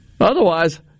Otherwise